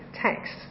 text